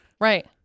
Right